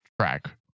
track